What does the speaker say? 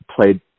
played